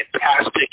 fantastic